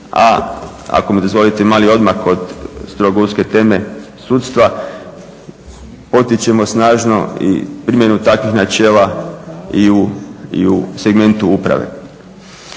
a ako mi dozvolite mali odmak od strogo uske teme sudstva, potičemo snažno i primjenu takvih načela i u segmentu uprave.